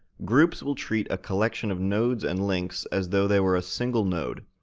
groups will treat a collection of nodes and links as though they were a single node.